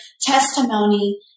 testimony